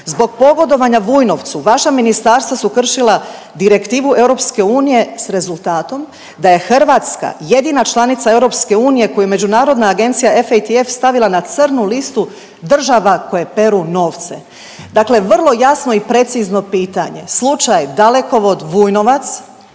Zbog pogodovanja Vujnovcu, vaša ministarstva su kršila direktivu EU s rezultatom da je Hrvatska jedina članica EU koju je međunarodna agencija FATF stavila na crnu listu država koje peru novce. Dakle vrlo jasno i precizno pitanje, slučaj Dalekovod-Vujnovac